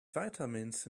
vitamins